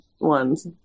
ones